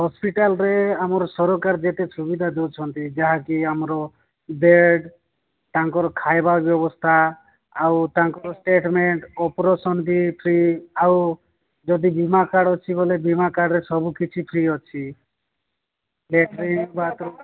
ହସ୍ପିଟାଲ୍ରେ ଆମର ସରକାର ଯେତେ ସୁବିଧା ଦେଉଛନ୍ତି ଯାହାକି ଆମର ବେଡ୍ ତାଙ୍କର ଖାଇବା ବ୍ୟବସ୍ଥା ଆଉ ତାଙ୍କର ଷ୍ଟେଟ୍ମେଣ୍ଟ ଅପରେସନ୍ ବି ଫ୍ରି ଆଉ ଯଦି ବୀମା କାର୍ଡ୍ ଅଛି ବୋଇଲେ ବୀମା କାର୍ଡ୍ରେ ସବୁ କିଛି ଫ୍ରି ଅଛି ଲାଟିନ୍ ବାଥରୁମ୍